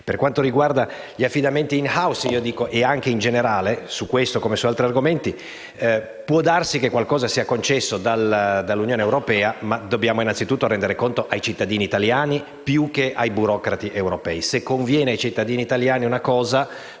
Per quanto riguarda gli affidamenti *in house*, su questo come su altri argomenti, può darsi che qualcosa sia concesso dall'Unione europea, ma dobbiamo innanzitutto rendere conto ai cittadini italiani più che ai burocrati europei: se una cosa conviene ai cittadini italiani,